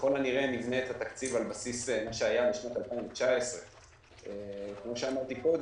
ככל הנראה נבנה את התקציב על בסיס מה שהיה בשנת 2019. כמו שאמרתי קודם,